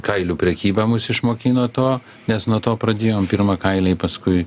kailių prekyba mus išmokino to nes nuo to pradėjom pirma kailiai paskui